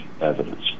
evidence